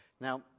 Now